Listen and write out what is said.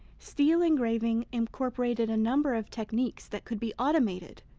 steel engraving incorporated a number of techniques that could be automated,